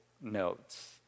notes